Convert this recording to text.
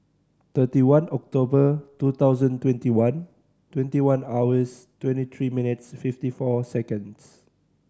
thirty one October two thousand twenty one twenty one hours twenty three minutes fifty four seconds